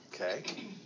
okay